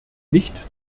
nicht